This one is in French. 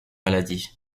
maladie